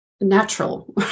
natural